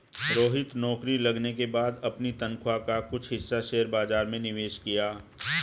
रोहित नौकरी लगने के बाद अपनी तनख्वाह का कुछ हिस्सा शेयर बाजार में निवेश किया